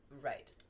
Right